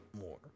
more